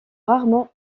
rarement